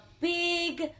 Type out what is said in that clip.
big